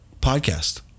podcast